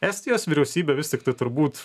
estijos vyriausybė vis tiktai turbūt